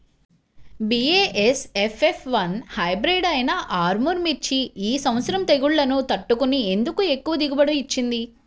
BASF F one hybrid అయినా ఆర్ముర్ మిర్చి ఈ సంవత్సరం తెగుళ్లును తట్టుకొని ఎందుకు ఎక్కువ దిగుబడి ఇచ్చింది?